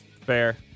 Fair